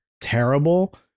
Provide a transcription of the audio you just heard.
terrible